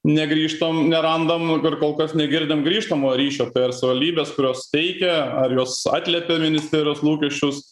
negrįžtam nerandam ir kol kas negirdim grįžtamojo ryšio per savivaldybes kurios teikė ar jos atliepė ministerijos lūkesčius